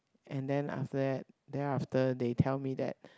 and then after that then after they tell me that